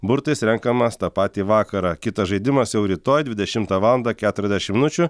burtais renkamas tą patį vakarą kitas žaidimas jau rytoj dvidešimtą valandą keturiasdešim minučių